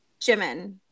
Jimin